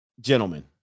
Gentlemen